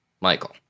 Michael